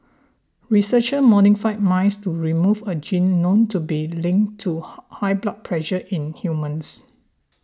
researchers modified mice to remove a gene known to be linked to high blood pressure in humans